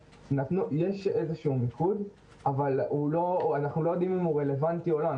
יש איזה מיקוד אבל אנחנו לא יודעים אם הוא רלוונטי או לא.